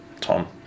Tom